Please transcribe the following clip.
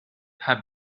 how